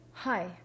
Hi